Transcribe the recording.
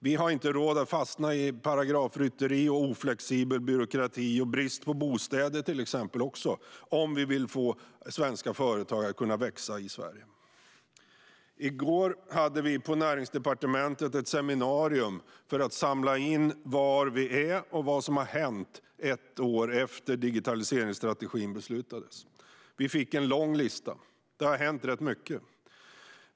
Vi har inte råd att fastna i paragrafrytteri och oflexibel byråkrati och brist på bostäder om vi vill få svenska företag att växa i Sverige. I går hade vi på Näringsdepartementet ett seminarium för att samla in var vi är och vad som har hänt ett år efter det att digitaliseringsstrategin beslutades. Vi fick en lång lista - det har hänt rätt mycket.